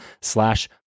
slash